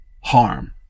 harm